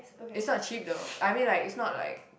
it's not cheap though I mean like it's not like